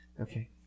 Okay